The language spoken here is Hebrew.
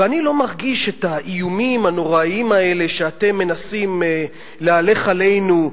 ואני לא מרגיש את האיומים הנוראיים האלה שאתם מנסים להלך עלינו,